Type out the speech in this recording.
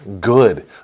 good